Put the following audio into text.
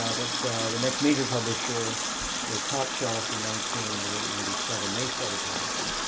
ah but the next major publisher was top shelf in nineteen i think ninety seven, they started publishing.